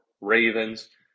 Ravens